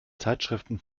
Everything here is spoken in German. zeitschriften